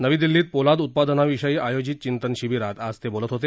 नवी दिल्लीत पोलाद उत्पादनाविषयी आयोजित चिंतन शिबीरात आज ते बोलत होते